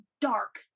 dark